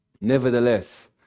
Nevertheless